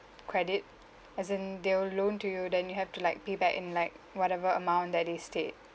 credit as in they'll loan to you then you have to like pay back in like whatever amount that is state